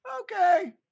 Okay